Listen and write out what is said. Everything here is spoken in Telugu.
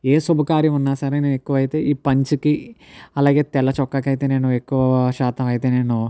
ఏ శుభకార్యం ఉన్నా సరే నేను ఎక్కువ అయితే ఈ పంచకి అలాగే తెల్లచొక్కాకు అయితే నేను ఎక్కువ శాతం అయితే నేను